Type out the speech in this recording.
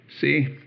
See